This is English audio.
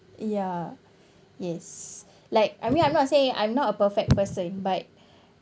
ya yes like I mean I'm not say I'm not a perfect person but